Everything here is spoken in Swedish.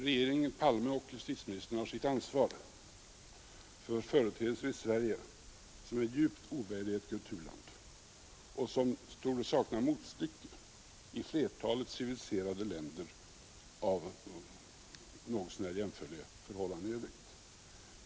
Regeringen Palme och justitieministern har sitt ansvar för företeelser i Sverige som är djupt ovärdiga ett kulturland och som torde sakna motstycke i flertalet civiliserade länder med något så när jämförliga förhållanden i övrigt.